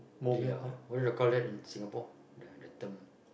ya what do you call that in Singapore the the term